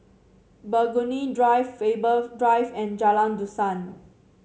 Burgundy Drive Faber Drive and Jalan Dusan